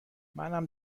منم